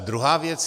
Druhá věc.